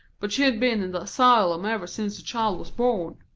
but she'd be'n in the asylum ever since the child was born.